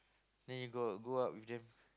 then you got go out with them